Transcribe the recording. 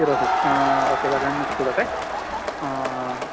zero six ആ okay sir ഞാനൊന്നു check ചെയ്തോട്ടെ